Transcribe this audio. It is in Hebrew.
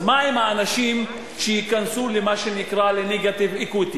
אז מה עם האנשים שייכנסו למה שנקרא negative equity,